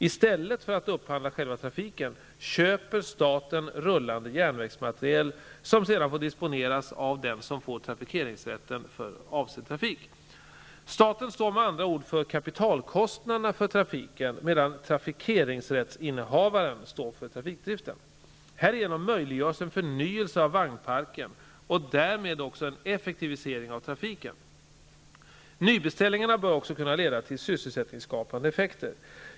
I stället för att upphandla själva trafiken köper staten rullande järnvägsmateriel som sedan får disponeras av den som får trafikeringsrätten för avsedd trafik. Staten står med andra ord för kapitalkostnaderna för trafiken, medan trafikeringsrättsinnehavaren står för trafikdriften. Härigenom möjliggörs en förnyelse av vagnparken och därmed också en effektivisering av trafiken. Nybeställningarna bör också kunna få sysselsättningsskapande effekter.